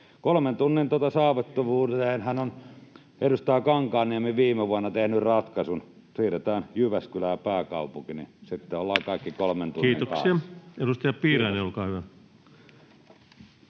Kolmen tunnin saavutettavuuteenhan on edustaja Kankaanniemi viime vuonna tehnyt ratkaisun: siirretään pääkaupunki Jyväskylään. Sitten ollaan kaikki kolmen tunnin päässä. Kiitoksia. — Edustaja Piirainen, olkaa hyvä.